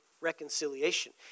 reconciliation